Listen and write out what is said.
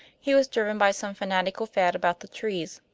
he was driven by some fanatical fad about the trees.